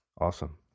Awesome